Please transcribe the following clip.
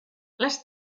les